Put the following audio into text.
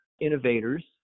innovators